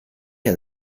had